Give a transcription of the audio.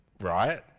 Right